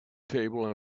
table